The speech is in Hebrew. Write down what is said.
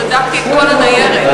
בדקתי את כל הניירת.